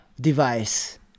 device